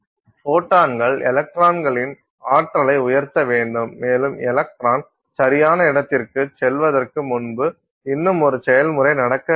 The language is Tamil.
ஃபோட்டான்கள் எலக்ட்ரான்களின் ஆற்றலை உயர்த்த வேண்டும் மேலும் எலக்ட்ரான் சரியான இடத்திற்குச் செல்வதற்கு முன்பு இன்னும் ஒரு செயல்முறை நடக்க வேண்டும்